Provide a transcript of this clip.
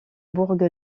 bourg